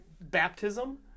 Baptism